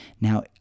now